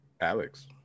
Alex